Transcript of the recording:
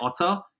Otter